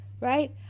Right